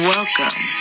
Welcome